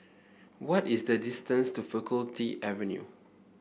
what is the distance to Faculty Avenue